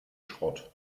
schrott